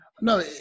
No